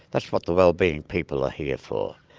that's what the well-being people are here for,